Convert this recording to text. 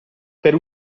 per